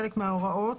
חלק מההוראות,